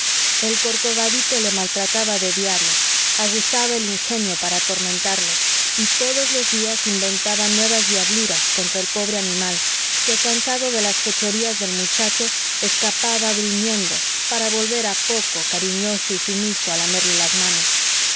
el corcovadito le maltrataba de diario aguzaba el ingenio para atormentarle y todos los días inventaba nuevas diabluras contra el pobre animal que cansado de las fechorías del muchacho escapaba gruñendo para volver a poco cariñoso y sumiso a lamerle las manos